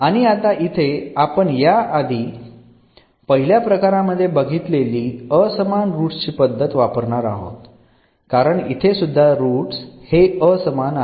आणि आता इथे आपण या आधी पहिल्या प्रकारांमध्ये बघितलेली असमान रूट्स ची पद्धत वापरणार आहोत कारण इथे सुद्धा रूट्स हे असमान आहेत